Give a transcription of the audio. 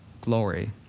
glory